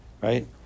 Right